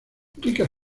ricas